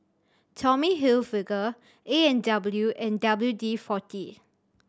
Tommy Hilfiger A and W and W D Forty